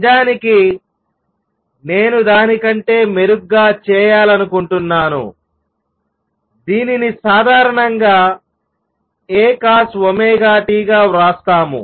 నిజానికి నేను దాని కంటే మెరుగ్గా చేయాలనుకుంటున్నాను దీనిని సాధారణంగా A Cos⍵t గా వ్రాస్తాము